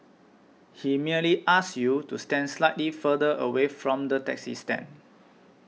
he merely asked you to stand slightly further away from the taxi stand